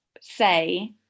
say